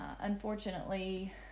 unfortunately